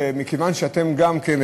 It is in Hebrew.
מכיוון שאתם גם כן,